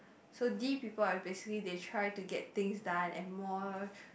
so D people are basically they try to get things done and more